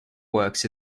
works